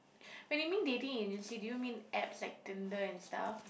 when you mean dating agency do you mean apps like Tinder and stuff